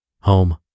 Home